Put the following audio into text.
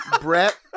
brett